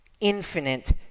infinite